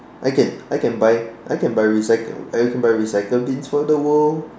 I can I can buy I can buy recycled I can buy recycle bins for the world